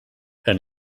een